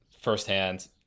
firsthand